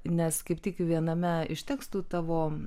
nes kaip tik viename iš tekstų tavo